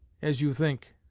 as you think,